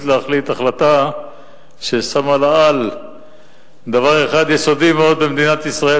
להחליט החלטה ששמה לאל דבר אחד יסודי מאוד במדינת ישראל,